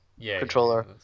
controller